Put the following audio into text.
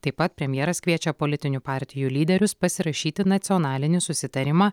taip pat premjeras kviečia politinių partijų lyderius pasirašyti nacionalinį susitarimą